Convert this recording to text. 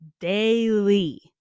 daily